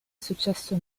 successo